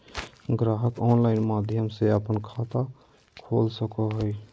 ग्राहक ऑनलाइन माध्यम से अपन खाता खोल सको हइ